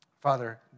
Father